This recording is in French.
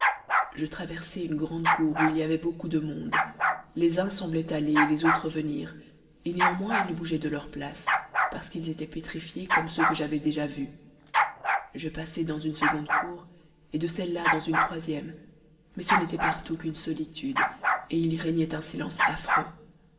je traversai une grande cour où il y avait beaucoup de monde les uns semblaient aller et les autres venir et néanmoins ils ne bougeaient de leur place parce qu'ils étaient pétrifiés comme ceux que j'avais déjà vus je passai dans une seconde cour et de celle-là dans une troisième mais ce n'était partout qu'une solitude et il y régnait un silence affreux